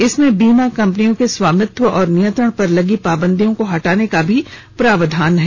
इसमें बीमा कम्पनियों के स्वामित्व और नियंत्रण पर लगी पाबंदियों को हटाने का भी प्रावधान है